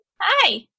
Hi